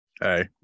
hey